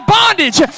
bondage